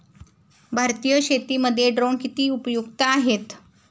भारतीय शेतीमध्ये ड्रोन किती उपयुक्त आहेत?